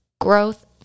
growth